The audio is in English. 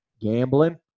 gambling